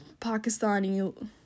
Pakistani